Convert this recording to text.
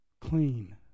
clean